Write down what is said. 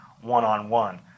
one-on-one